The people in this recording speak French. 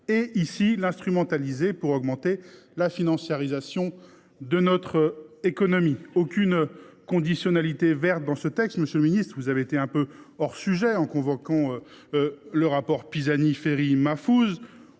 et instrumentaliser cette notion pour accroître la financiarisation de notre économie. Aucune conditionnalité verte dans ce texte : monsieur le ministre, vous avez été quelque peu hors sujet en convoquant le rapport Pisani Ferry Mahfouz.